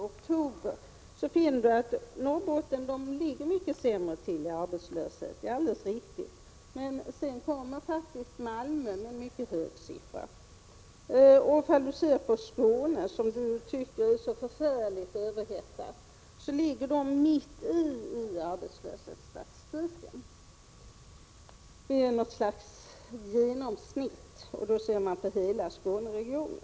oktober, finner vi att Norrbotten ligger mycket dåligt till i fråga om arbetslöshet. Men sedan kommer faktiskt Malmö med en mycket hög arbetslöshetssiffra, och Skåne, som anses vara så överhettat, ligger ungefär i mitten i arbetslöshetsstatistiken ett genomsnitt för hela Skåneregionen.